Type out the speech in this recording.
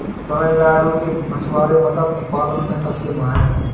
तमिलनाडु के मछुआरे मत्स्य पालन में सबसे माहिर हैं